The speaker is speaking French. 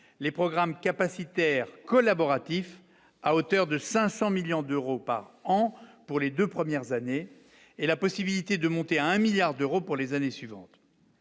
les programmes capacitaire collaboratif à hauteur de 500 millions d'euros par an pour les 2 premières années et la possibilité de monter à un 1000000000 d'euros pour les années suivantes,